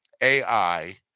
AI